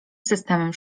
systemem